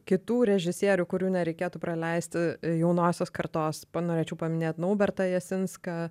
kitų režisierių kurių nereikėtų praleisti jaunosios kartos norėčiau paminėt naubertą jasinską